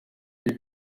ari